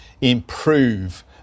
improve